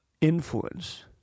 influence